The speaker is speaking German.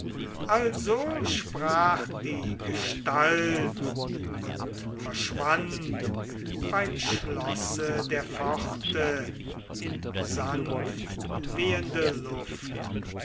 also sprach die gestalt und verschwand beim schlosse der pforte in sanftwehende luft